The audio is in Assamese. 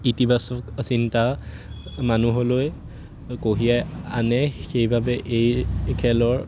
ইতিবাচক চিন্তা মানুহলৈ কঢ়িয়াই আনে সেইবাবে এই খেলৰ